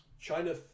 China